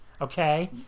okay